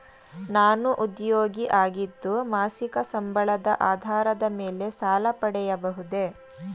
ನಾನು ಉದ್ಯೋಗಿ ಆಗಿದ್ದು ಮಾಸಿಕ ಸಂಬಳದ ಆಧಾರದ ಮೇಲೆ ಸಾಲ ಪಡೆಯಬಹುದೇ?